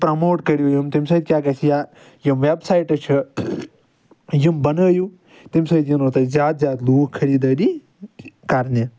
یِم تمہِ سۭتۍ کیٚاہ گژھِ یا وٮ۪ب ساٮ۪ٹہٕ چھِ یِم بنٲیِو تمہِ سۭتۍ یِنو تُہۍ یِنو تۄہہِ زیادٕ زیادٕ لوک خریدٲری کرنہِ